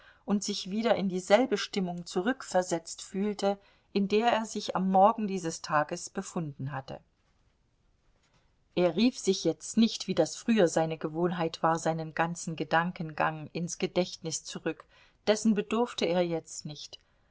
und sich wieder in dieselbe stimmung zurückversetzt fühlte in der er sich am morgen dieses tages befunden hatte er rief sich jetzt nicht wie das früher seine gewohnheit war seinen ganzen gedankengang ins gedächtnis zurück dessen bedurfte er jetzt nicht